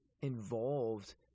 involved